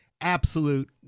absolute